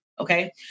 Okay